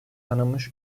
tanınmış